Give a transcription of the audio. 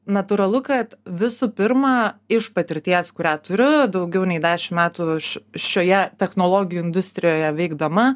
natūralu kad visų pirma iš patirties kurią turiu daugiau nei dešim metų šioje technologijų industrijoje veikdama